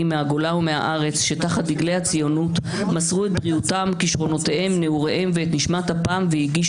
הריבית עולה; אף גורם כלכלי שמכבד את השם שלו לא מוכן להגן